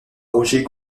roger